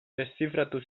deszifratu